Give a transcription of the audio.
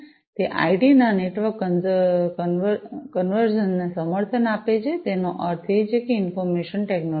તે આઇટીના નેટવર્ક કન્વર્ઝનને સમર્થન આપે છે તેનો અર્થ છે ઇન્ફર્મેશન ટેકનોલોજી